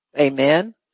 amen